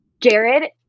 Jared